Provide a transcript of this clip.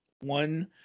one